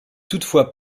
toutefois